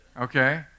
Okay